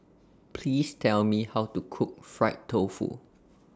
Please Tell Me How to Cook Fried Tofu